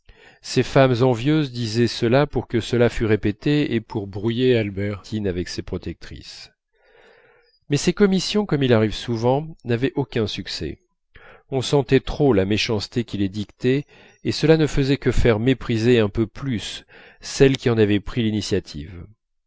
ces femmes envieuses disaient cela pour que cela fût répété et pour brouiller albertine avec ses protectrices mais ces commissions comme il arrive souvent n'avaient aucun succès on sentait trop la méchanceté qui les dictait et cela ne faisait que faire mépriser un peu plus celles qui en avaient pris l'initiative